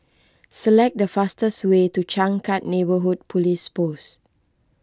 select the fastest way to Changkat Neighbourhood Police Post